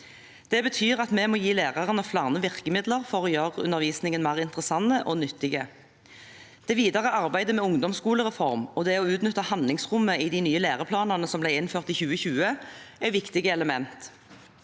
Det betyr at vi må gi lærerne flere virkemidler for å gjøre undervisningen mer interessant og nyttig. Det videre arbeidet med ungdomsskolereformen og det å utnytte handlingsrommet i de nye læreplanene som ble innført i 2020, er viktige elementer.